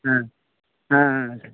ಹಾಂ ಹಾಂ ಹಾಂ